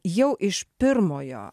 jau iš pirmojo